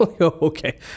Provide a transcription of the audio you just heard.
Okay